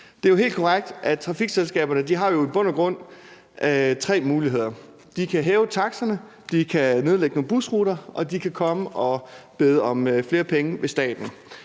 Det er jo helt korrekt, at trafikselskaberne i bund og grund har tre muligheder: De kan hæve taksterne, de kan nedlægge nogle busruter, og de kan komme og bede om flere penge ved staten.